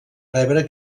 rebre